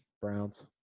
Browns